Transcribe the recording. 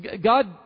God